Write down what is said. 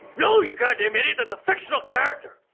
no, you goddamn idiot! that's a fictional character!